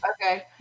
Okay